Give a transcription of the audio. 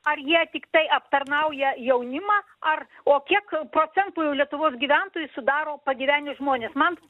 ar jie tiktai aptarnauja jaunimą ar o kiek procentų lietuvos gyventojų sudaro pagyvenę žmonės man